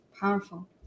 Powerful